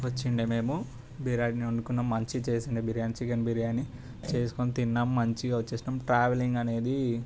వచ్చిండే మేము బిర్యానీ వండుకున్నాం మంచిగా చేసిండే బిర్యానీ చికెన్ బిర్యానీ చేసుకొని తిన్నాము మంచిగా వచ్చేసాం ట్రావెలింగ్ అనేది